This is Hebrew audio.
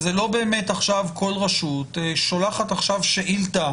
שלא כל רשות תשלח שאילתה